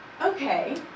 okay